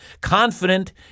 Confident